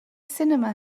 sinema